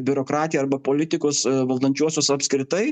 biurokratiją arba politikus valdančiuosius apskritai